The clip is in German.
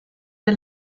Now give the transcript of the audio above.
der